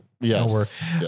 yes